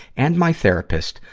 and my therapist,